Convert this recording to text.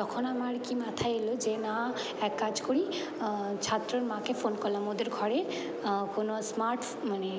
তখন আমার কি মাথায় এলো যে না এক কাজ করি ছাত্রর মাকে ফোন করলাম ওদের ঘরে কোনো স্মার্ট মানে